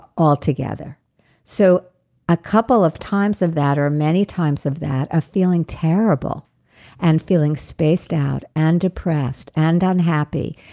all together so a couple of times of that, or many times of that, of feeling terrible and feeling spaced out, and depressed, and unhappy,